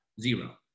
Zero